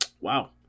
wow